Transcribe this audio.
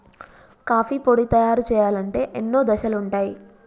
coffee పొడి తయారు చేయాలంటే ఎన్నో దశలుంటయ్